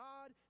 God